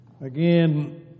Again